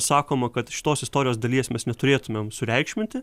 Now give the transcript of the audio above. sakoma kad šitos istorijos dalies mes neturėtumėm sureikšminti